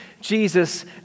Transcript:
Jesus